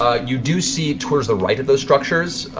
you do see, towards the right of those structures,